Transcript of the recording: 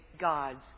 God's